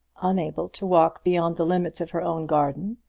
unable to walk beyond the limits of her own garden,